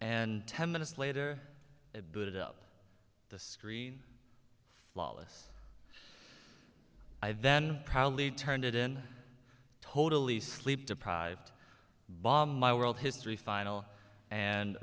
and ten minutes later it booted up the screen flawless i then proudly turned it in totally sleep deprived bomb my world history final and